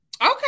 Okay